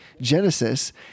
Genesis